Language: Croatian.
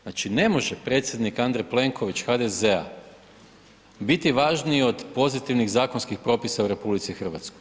Znači ne može predsjednik Andrej Plenković HDZ-a biti važniji od pozitivnih zakonskih propisa u RH.